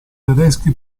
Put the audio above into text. tedeschi